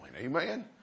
Amen